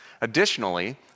Additionally